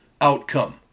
outcome